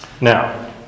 Now